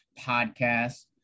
podcast